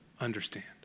understand